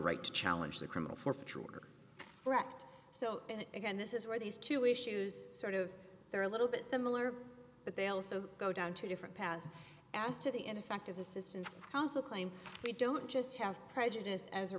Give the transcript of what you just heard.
right to challenge the criminal forfeiture are correct so again this is where these two issues sort of they're a little bit similar but they also go down two different paths as to the ineffective assistance of counsel claim we don't just have prejudiced as it